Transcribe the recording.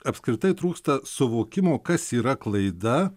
apskritai trūksta suvokimo kas yra klaida